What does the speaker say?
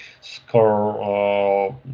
score